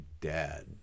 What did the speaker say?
dad